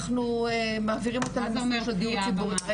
אנחנו מעבירים אותה למסלול של דיור הציבורי --- מה זה אומר?